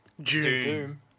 June